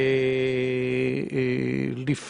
יש אנשים שנכנסים לארבעה ימים,